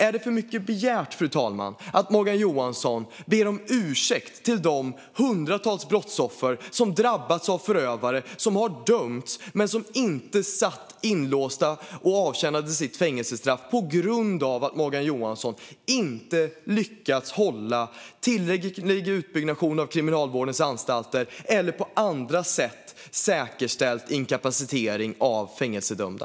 Är det för mycket begärt, fru talman, att Morgan Johansson ber om ursäkt till de hundratals brottsoffer som drabbats av förövare som blivit dömda men som inte satt inlåsta och avtjänade sitt fängelsestraff på grund av att Morgan Johansson inte lyckats med en tillräcklig utbyggnad av Kriminalvårdens anstalter eller på annat sätt säkerställt inkapacitering av fängelsedömda?